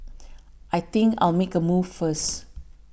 I think I'll make a move first